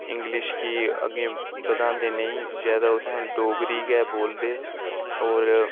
English गी अग्गै बधांदे नेईं जादा उत्थै डोगरी गै बोलदे और